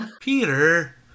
Peter